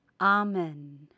Amen